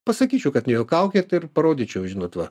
pasakyčiau kad nejuokaukit ir parodyčiau žinot va